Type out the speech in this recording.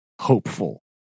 hopeful